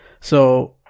So-